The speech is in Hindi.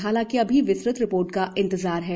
हालाँकि अभी विस्तृत रिपोर्ट का इंतज़ार है